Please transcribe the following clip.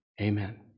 Amen